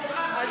בעד.